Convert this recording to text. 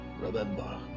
Remember